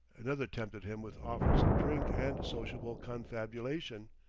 another tempted him with offers of drink and sociable confabulation.